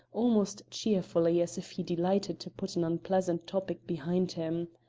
almost cheerfully, as if he delighted to put an unpleasant topic behind him.